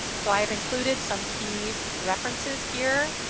so i have included some key references here